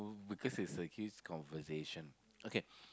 because it's a kid's conversation okay